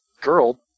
girl